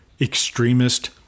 extremist